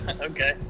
okay